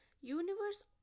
Universe